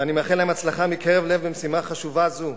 ואני מאחל להם הצלחה מקרב לב במשימה חשובה זו.